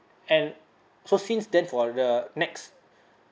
and so since then for the next